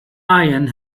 iron